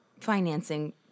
financing